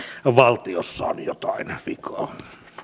valtiossa on jotain vikaa